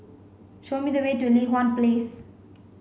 show me the way to Li Hwan Place